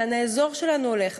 לאן האזור שלנו הולך.